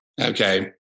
Okay